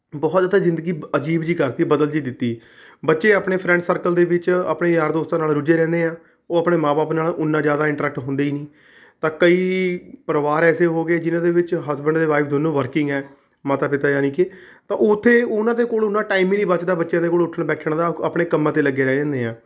ਬਹੁਤ ਜ਼ਿਆਦਾ ਜਿੰਦਗੀ ਅਜੀਬ ਜਿਹੀ ਕਰਤੀ ਬਦਲ ਜਿਹੀ ਦਿੱਤੀ ਬੱਚੇ ਆਪਣੇ ਫਰੈਂਡ ਸਰਕਲ ਦੇ ਵਿੱਚ ਆਪਣੇ ਯਾਰ ਦੋਸਤਾਂ ਨਾਲ ਰੁੱਝੇ ਰਹਿੰਦੇ ਆ ਉਹ ਆਪਣੇ ਮਾਂ ਬਾਪ ਨਾਲ ਉੱਨਾ ਜ਼ਿਆਦਾ ਇੰਟਰੈਕਟ ਹੁੰਦੇ ਹੀ ਨਹੀਂ ਤਾਂ ਕਈ ਪਰਿਵਾਰ ਐਸੇ ਹੋ ਗਏ ਜਿਨ੍ਹਾਂ ਦੇ ਵਿੱਚ ਹਸਬੈਂਡ ਅਤੇ ਵਾਈਫ਼ ਦੋਨੋਂ ਵਰਕਿੰਗ ਹੈ ਮਾਤਾ ਪਿਤਾ ਜਾਣੀ ਕਿ ਤਾਂ ਉੱਥੇ ਉਹਨਾਂ ਦੇ ਕੋਲ ਉੱਨਾ ਟਾਇਮ ਹੀ ਨਹੀਂ ਬਚਦਾ ਬੱਚਿਆਂ ਦੇ ਕੋਲ ਉੱਠਣ ਬੈਠਣ ਦਾ ਉਹ ਆਪਣੇ ਕੰਮਾਂ 'ਤੇ ਲੱਗੇ ਰਹਿ ਜਾਂਦੇ ਆ